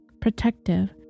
protective